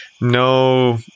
no